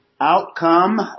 outcome